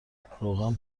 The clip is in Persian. روغن